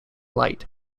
light